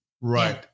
Right